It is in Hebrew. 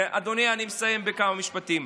אדוני, אני מסיים בכמה משפטים.